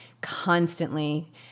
constantly